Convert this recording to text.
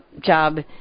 job